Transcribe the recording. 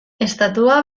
estatua